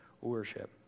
worship